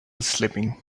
sleeping